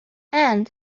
and